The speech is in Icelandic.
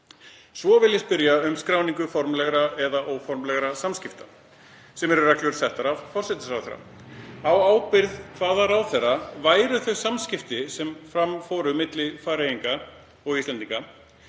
Svo vil ég spyrja um skráningu formlegra eða óformlegra samskipta, sem eru reglur settar af forsætisráðherra. Á ábyrgð hvaða ráðherra væru þau samskipti sem fram fóru milli Færeyinga og Íslendinga?